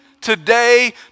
today